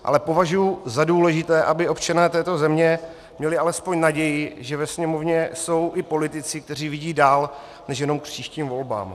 Ale považuji za důležité, aby občané této země měli alespoň naději, že ve Sněmovně jsou i politici, kteří vidí dál než jenom k příštím volbám.